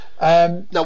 Now